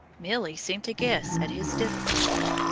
milly seemed to guess at his difficulty.